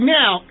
now